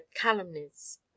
calumnies